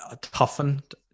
toughened